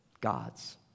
gods